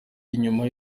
inyuma